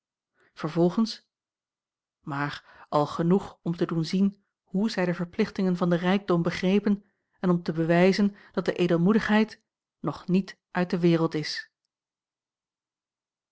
vervolgens maar al genoeg om te doen zien hoe zij de verplichtingen van den rijkdom begrepen en om te bewijzen dat de edelmoedigheid nog niet uit de wereld is